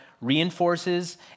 reinforces